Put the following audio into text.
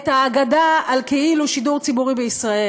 את האגדה על כאילו שידור ציבורי בישראל.